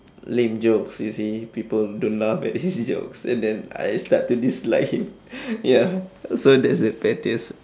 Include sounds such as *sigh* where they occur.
lame jokes you see people don't laugh at his jokes and then I start to dislike him *noise* ya so that's the pettiest